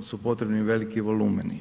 su potrebni veliki volumeni.